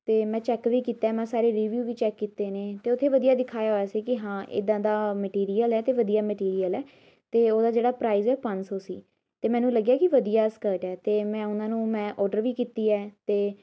ਅਤੇ ਮੈਂ ਚੈੱਕ ਵੀ ਕੀਤਾ ਹੈ ਮੈਂ ਸਾਰੇ ਰਿਵਿਊ ਵੀ ਚੈੱਕ ਕੀਤੇ ਨੇ ਅਤੇ ਉੱਥੇ ਵਧੀਆ ਦਿਖਾਇਆ ਹੋਇਆ ਸੀ ਕਿ ਹਾਂ ਇੱਦਾਂ ਦਾ ਮਟੀਰੀਅਲ ਹੈ ਅਤੇ ਵਧੀਆ ਮੈਟੀਰੀਅਲ ਹੈ ਅਤੇ ਉਹਦਾ ਜਿਹੜਾ ਪ੍ਰਾਈਜ਼ ਹੈ ਪੰਜ ਸੌ ਸੀ ਅਤੇ ਮੈਨੂੰ ਲੱਗਿਆ ਕਿ ਵਧੀਆ ਸਕਰਟ ਹੈ ਅਤੇ ਮੈਂ ਉਹਨਾਂ ਨੂੰ ਮੈਂ ਔਡਰ ਵੀ ਕੀਤੀ ਹੈ ਅਤੇ